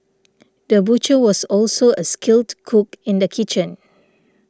the butcher was also a skilled cook in the kitchen